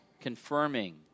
confirming